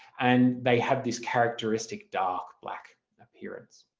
and they had this characteristic dark, black appearance.